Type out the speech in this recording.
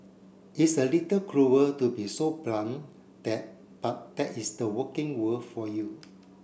it's a little cruel to be so blunt that but that is the working world for you